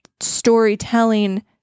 storytelling